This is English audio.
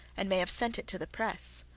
and may have sent it to the press.